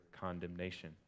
condemnation